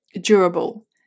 durable